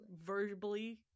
verbally